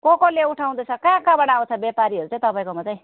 को कोले उठाउँदैछ कहाँ कहाँबाट आउँछ व्यापारीहरू चाहिँ तपाईँकोमा चाहिँ